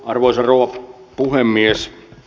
arvoisa rouva puhemies